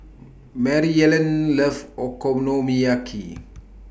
Maryellen loves Okonomiyaki